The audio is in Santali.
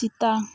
ᱥᱮᱛᱟ